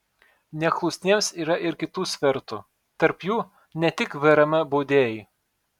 neklusniems yra ir kitų svertų tarp jų ne tik vrm baudėjai